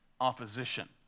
opposition